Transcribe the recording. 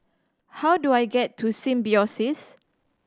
how do I get to Symbiosis